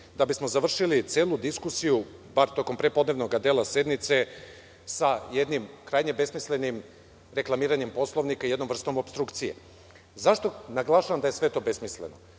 da bismo završili celu diskusiju, bar tokom prepodnevnog dela sednice, sa jednim, krajnje besmislenim reklamiranjem Poslovnika, i jednom vrstom opstrukcije.Zašto naglašavam da je sve to besmisleno?